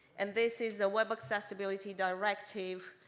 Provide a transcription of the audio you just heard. and this is the web accessibility directive,